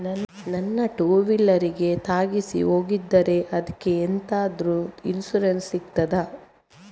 ನನ್ನ ಟೂವೀಲರ್ ಗೆ ತಾಗಿಸಿ ಹೋಗಿದ್ದಾರೆ ಅದ್ಕೆ ಎಂತಾದ್ರು ಇನ್ಸೂರೆನ್ಸ್ ಸಿಗ್ತದ?